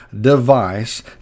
device